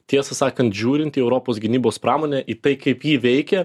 tiesą sakant žiūrint į europos gynybos pramonę į tai kaip ji veikia